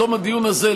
בתום הדיון הזה,